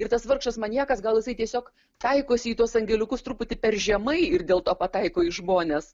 ir tas vargšas maniakas gal jisai tiesiog taikosi į tuos angeliukus truputį per žemai ir dėl to pataiko į žmones